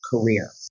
career